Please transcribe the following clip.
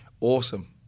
Awesome